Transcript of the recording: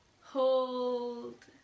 hold